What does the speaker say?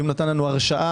אם נתן לנו הרשאה